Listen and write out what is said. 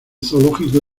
zoológico